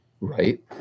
right